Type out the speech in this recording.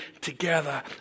together